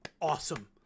awesome